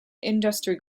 industry